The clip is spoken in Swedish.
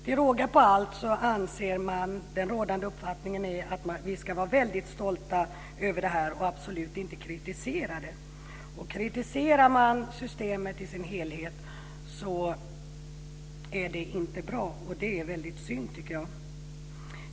Till råga på allt är den rådande uppfattningen att vi ska vara väldigt stolta över detta och absolut inte kritisera det. Att kritisera systemet i dess helhet är inte bra, och det är väldigt synd, tycker jag.